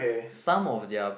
some of their